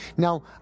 Now